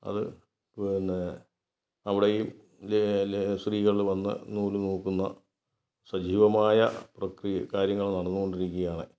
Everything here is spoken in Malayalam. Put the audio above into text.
അത് പിന്നെ അവിടേയും ലേ ലേ സ്ത്രീകൾ വന്ന് നൂല് നൂൽക്കുന്ന സജീവമായ പ്രക്രിയ കാര്യങ്ങൾ നടന്ന് കൊണ്ടിരിക്കുകായാണ്